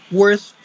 worth